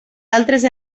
altres